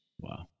Wow